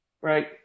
Right